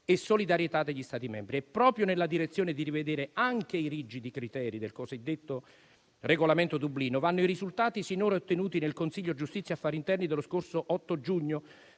e solidarietà degli Stati membri. Proprio nella direzione di rivedere anche i rigidi criteri del cosiddetto regolamento di Dublino vanno i risultati sinora ottenuti nel Consiglio giustizia e affari interni dello scorso 8 giugno,